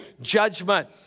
judgment